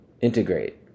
integrate